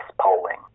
polling